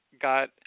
got